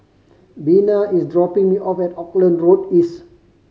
Bina is dropping me off at Auckland Road East